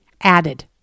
added